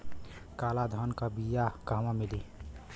काला धान क बिया कहवा मिली?